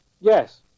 yes